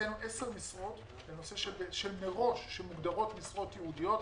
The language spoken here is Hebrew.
הקצינו 10 משרות שמוגדרות משרות ייעודיות.